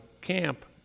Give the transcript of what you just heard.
camp